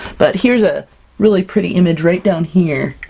but here's a really pretty image right down here,